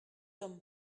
homme